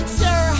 sir